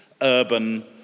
urban